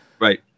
right